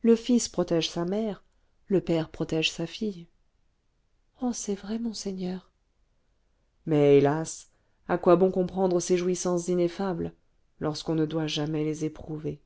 le fils protège sa mère le père protège sa fille oh c'est vrai monseigneur mais hélas à quoi bon comprendre ces jouissances ineffables lorsqu'on ne doit jamais les éprouver